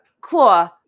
claw